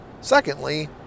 secondly